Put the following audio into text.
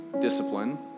discipline